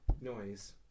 noise